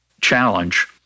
challenge